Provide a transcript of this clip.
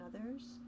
others